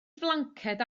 flanced